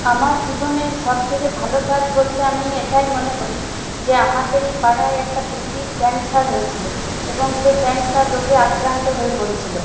আমার জীবনের সবথেকে ভালো কাজ বলতে আমি এটাই মনে করি যে আমাদেরই পাড়ায় একটা পিসির ক্যান্সার হয়েছিল এবং সে ক্যান্সার রোগে আক্রান্ত হয়ে পড়েছিল